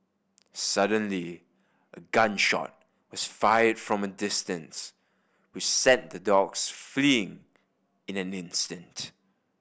suddenly a gun shot was fired from a distance which sent the dogs fleeing in an instant